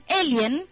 alien